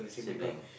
sibling